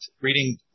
reading